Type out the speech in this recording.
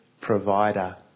provider